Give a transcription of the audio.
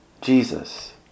Jesus